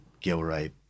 gilray